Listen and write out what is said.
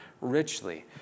richly